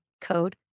code